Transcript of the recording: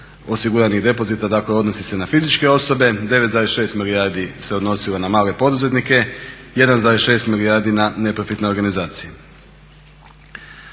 osiguranih depozita odnosi se na fizičke osobe, 9,6 milijardi se odnosilo na male poduzetnike, 1,6 milijardi na neprofitne organizacije.